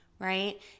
right